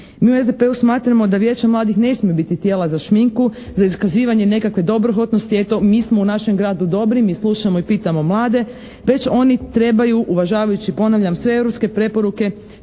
Mi u SDP-u smatramo da Vijeće mladih ne smiju biti tijela za šminku, za iskazivanje nekakve dobrohotnosti "eto, mi smo u našem gradu dobri, mi slušamo i pitamo mlade", već oni trebaju uvažavajući, ponavljam, sve europske preporuke